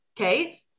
Okay